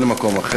אין מקום אחר.